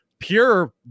pure